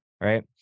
Right